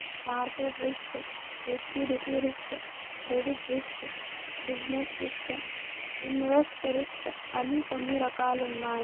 market risk liquidity risk credit risk business risk invest risk అని కొన్ని రకాలున్నాయి